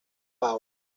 pau